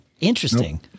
interesting